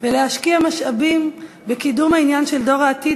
ולהשקיע משאבים בקידום העניין של דור העתיד